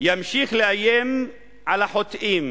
תמשיך לאיים על החוטאים,